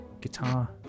guitar